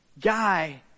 guy